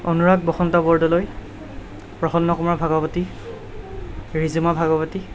Anurag Basanta Bordoloi Prasanna Kumar Bhagawati Rijima Bhagawati